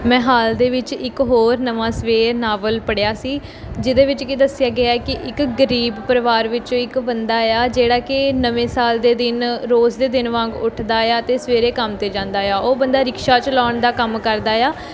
ਮੈਂ ਹਾਲ ਦੇ ਵਿੱਚ ਇੱਕ ਹੋਰ ਨਵਾਂ ਸਵੇਰ ਨਾਵਲ ਪੜ੍ਹਿਆ ਸੀ ਜਿਹਦੇ ਵਿੱਚ ਕੀ ਦੱਸਿਆ ਗਿਆ ਕਿ ਇੱਕ ਗਰੀਬ ਪਰਿਵਾਰ ਵਿੱਚੋਂ ਇੱਕ ਬੰਦਾ ਏ ਆ ਜਿਹੜਾ ਕਿ ਨਵੇਂ ਸਾਲ ਦੇ ਦਿਨ ਰੋਜ਼ ਦੇ ਦਿਨ ਵਾਂਗ ਉੱਠਦਾ ਏ ਆ ਅਤੇ ਸਵੇਰੇ ਕੰਮ ਤੇ ਜਾਂਦਾ ਆ ਉਹ ਬੰਦਾ ਰਿਕਸ਼ਾ ਚਲਾਉਣ ਦਾ ਕੰਮ ਕਰਦਾ ਆ